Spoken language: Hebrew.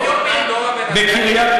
בשכונת דורה בנתניה,